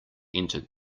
entered